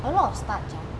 a lot of starch ah